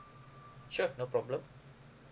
sure no problem